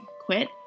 quit